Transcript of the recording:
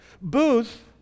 Booth